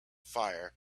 fire